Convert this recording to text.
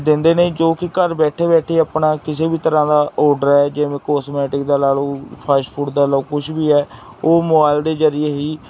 ਦਿੰਦੇ ਨੇ ਜੋ ਕਿ ਘਰ ਬੈਠੇ ਬੈਠੇ ਆਪਣਾ ਕਿਸੇ ਵੀ ਤਰ੍ਹਾਂ ਦਾ ਓਡਰ ਹੈ ਜਿਵੇਂ ਕੋਸਮੈਟਿਕ ਦਾ ਲਾ ਲਓਫਾਸਟ ਫੂਡ ਦਾ ਲਓ ਕੁਛ ਵੀ ਹੈ ਉਹ ਮੋਬਾਈਲ ਦੇ ਜ਼ਰੀਏ ਹੀ